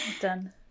Done